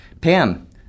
Pam